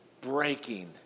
breaking